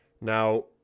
Now